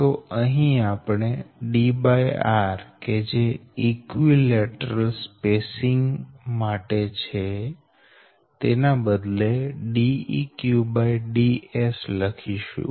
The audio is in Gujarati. તો અહી આપણે D r કે જે ઈકવીલેટરલ સ્પેસીંગ માટે છે તેના બદલે Deq Dsલખીશું